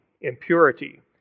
impurity